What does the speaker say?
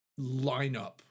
lineup